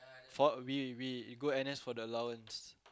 for we we we go N_S for the allowance